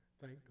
Thank